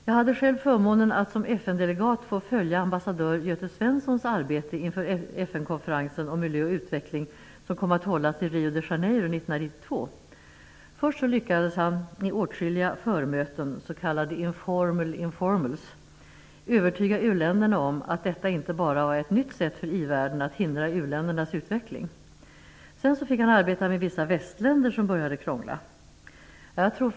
Jag hade själv förmånen att som FN-delegat få följa ambassadör Göte Svenssons arbete inför FN konferensen om miljö och utveckling som kom att hållas i Rio de Janeiro 1992. Först lyckades han i åtskilliga förmöten, s.k. informal informals, övertyga u-länderna om att detta inte bara var ett nytt sätt för i-världen att hindra u-ländernas utveckling. Sedan fick han arbeta med vissa västländer som började krångla.